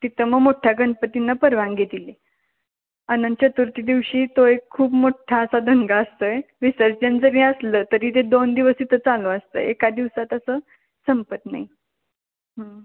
तिथं मग मोठ्ठ्या गणपतींना परवानगी दिली अनंत चतुर्थी दिवशी तो एक खूप मोठ्ठा असा दंगा असतो आहे विसर्जन जरी असलं तरी ते दोन दिवस तिथं चालू असते आहे एका दिवसात असं संपत नाही